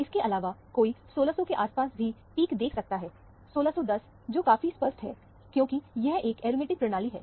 इसके अलावा कोई 1600 के आसपास भी पीक को देख सकता है 1610 जो काफी स्पष्ट है क्योंकि यह एक एरोमेटिक प्रणाली है